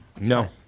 No